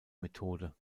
methode